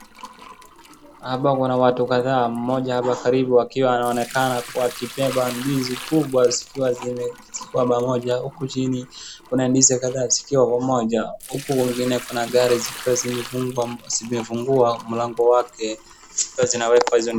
Hapa kuna watu kadhaa. Mmoja hapa karibu akiwa anaonekana kuwa akibeba ndizi kubwa zikiwa zime zikiwa pamoja. Huku chini kuna ndizi kadhaa zikiwa pamoja huku wengine kuna gari zikiwa zimefungwa zimefungua mlango wake na zinawekwa hizo.